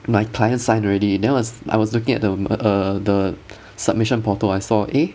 my client signed already then I was I was looking at the um uh err the submission portal I saw eh